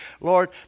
Lord